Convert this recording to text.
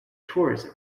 tourism